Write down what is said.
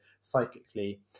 psychically